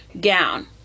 gown